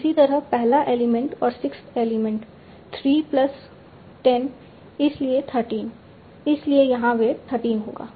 तो इसी तरह पहला एलिमेंट और 6th एलिमेंट 3 प्लस 10 इसलिए 13 इसलिए यहां वेट 13 होगा